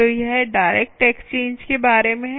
तो यह direct exchange के बारे में है